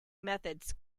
methods